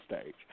stage